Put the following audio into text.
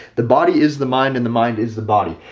the body is the mind and the mind is the body.